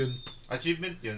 Achievement